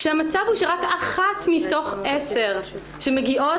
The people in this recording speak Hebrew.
כשהמצב הוא שרק אחת מתוך עשר שמגיעות